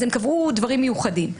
אז הם קבעו דברים מיוחדים.